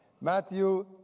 Matthew